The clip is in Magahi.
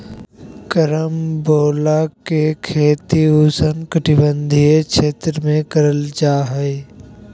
कैरम्बोला के खेती उष्णकटिबंधीय क्षेत्र में करल जा हय